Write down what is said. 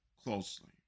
closely